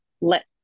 let